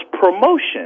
promotion